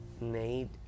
made